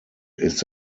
ist